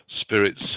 spirits